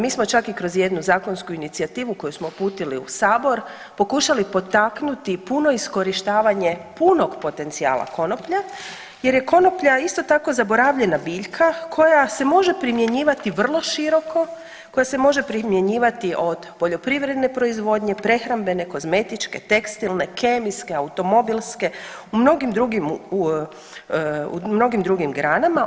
Mi smo čak i kroz jednu zakonsku inicijativu koju smo uputili u sabor pokušali potaknuti puno iskorištavanje punog potencijala konoplje jer je konoplja isto tako zaboravljena biljka koja se može primjenjivati vrlo široko, koja se može primjenjivati od poljoprivredne proizvodnje, prehrambene, kozmetičke, tekstilne, kemijske, automobilske u mnogim drugim granama.